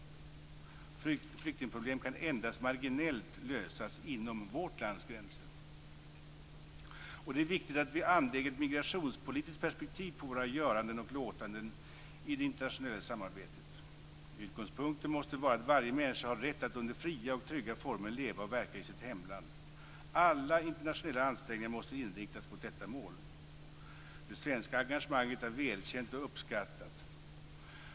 Flyktingproblem kan endast marginellt lösas inom vårt lands gränser. Det är viktigt att vi anlägger ett migrationspolitiskt perspektiv på våra göranden och låtanden i det internationella samarbetet. Utgångspunkten måste vara att varje människa har rätt att under fria och trygga former leva och verka i sitt hemland. Alla internationella ansträngningar måste inriktas mot detta mål. Det svenska engagemanget är välkänt och uppskattat.